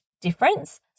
difference